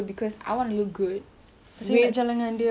kawan-kawan dia macam oh my god huda